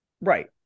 Right